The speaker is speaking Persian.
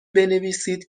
بنویسید